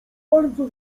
bardzo